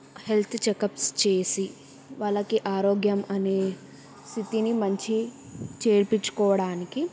health checkups చేసి వాళ్ళకి ఆరోగ్యం అనే స్థితిని మంచి చేయించుకోవడానికి